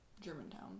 Germantown